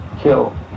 kill